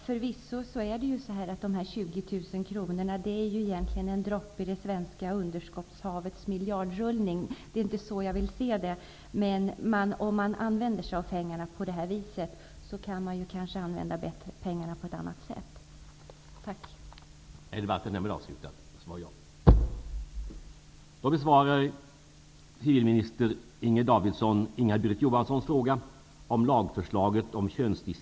Herr talman! Förvisso är de 20 000 kronorna egentligen en droppe i det svenska underskottshavets miljardrullning. Men det är inte så jag vill se det. Om organisationen använder sig av pengarna på det här viset, kan det kanske finnas ett bättre sätt att använda dem på.